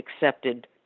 accepted